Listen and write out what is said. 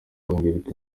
kongerwa